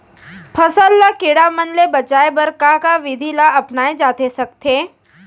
फसल ल कीड़ा मन ले बचाये बर का का विधि ल अपनाये जाथे सकथे?